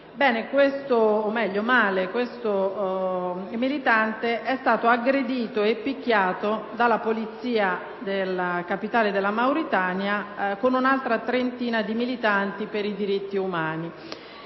Partito radicale), è stato aggredito e picchiato dalla polizia della capitale della Mauritania, insieme ad un'altra trentina di militanti per i diritti umani,